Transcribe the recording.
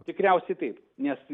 tikriausiai taip nes